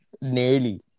nearly